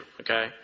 okay